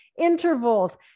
intervals